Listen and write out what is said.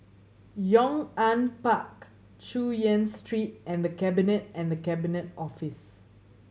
Yong An Park Chu Yen Street and The Cabinet and The Cabinet Office